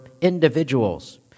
individuals